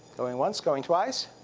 going once, going twice.